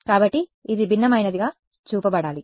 కాబట్టి ఇది భిన్నమైనదిగా చూపబడాలి